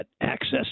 access